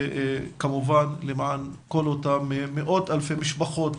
למען כל אותן אלפי משפחות